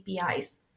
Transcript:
APIs